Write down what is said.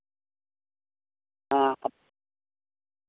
ᱦᱮᱸ